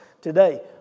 today